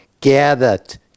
gathered